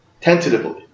Tentatively